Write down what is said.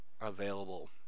available